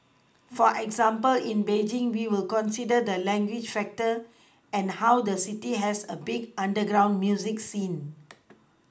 for example in Beijing we will consider the language factor and how the city has a big underground music scene